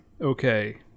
Okay